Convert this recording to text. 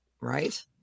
Right